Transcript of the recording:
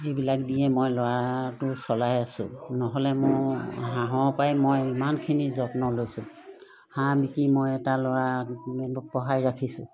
এইবিলাক দিয়ে মই ল'ৰাটো চলাই আছোঁ নহ'লে মোৰ হাঁহৰ পৰাই মই ইমানখিনি যত্ন লৈছোঁ হাঁহ বিকি মই এটা ল'ৰা মোৰ পঢ়াই ৰাখিছোঁ